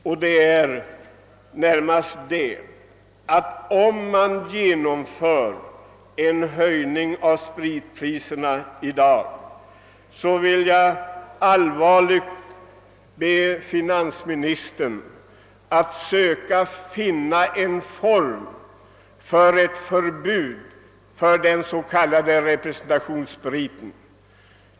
Om vi i dag genomför en höjning av spritpriserna ber jag att finansministern söker finna en form för förbud mot den s.k. representationsspriten.